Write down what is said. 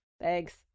Thanks